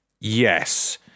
yes